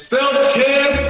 Self-care